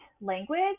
language